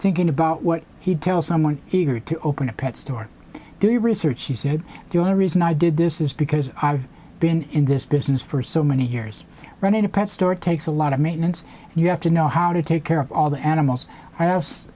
thinking about what he'd tell someone eager to open a pet store do your research he said the only reason i did this is because i've been in this business for so many years running a pet store it takes a lot of maintenance and you have to know how to take care of all the animals i